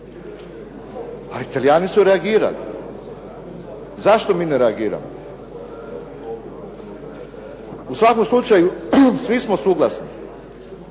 Ali Talijani su reagirali, zašto mi ne reagiramo? U svakom slučaju, svi smo suglasni,